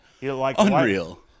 Unreal